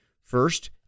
first